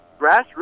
grassroots